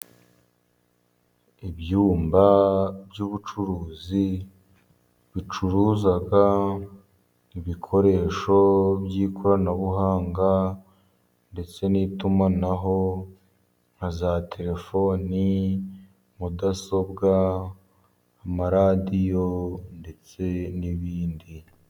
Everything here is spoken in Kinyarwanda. Ibyumba by'ubucuruzi bicuruza ibikoresho by'ikoranabuhanga, ndetse n'itumanaho nka za: telefoni, mudasobwa, amaradiyo ndetse n'ibindi.